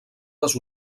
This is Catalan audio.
les